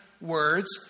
words